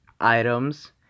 items